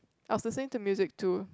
I will send the music to